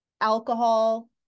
alcohol